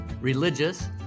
religious